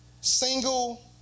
Single